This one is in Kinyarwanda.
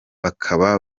bakaba